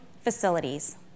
facilities